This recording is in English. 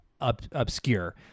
obscure